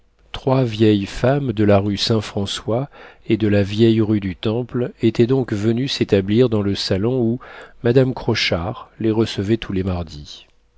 trois vieilles femmes de la rue saint françois et de la vieille rue du temple étaient donc venues s'établir dans le salon où madame crochard les recevait tous les mardis